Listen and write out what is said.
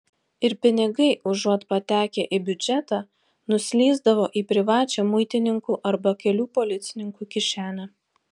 ir pinigai užuot patekę į biudžetą nuslysdavo į privačią muitininkų arba kelių policininkų kišenę